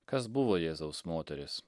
kas buvo jėzaus moterys